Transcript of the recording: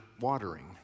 watering